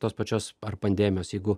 tos pačios ar pandemijos jeigu